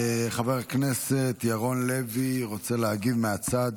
חבר הכנסת ירון לוי רוצה להגיב מהצד.